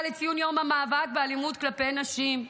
לציון יום המאבק באלימות כלפי נשים.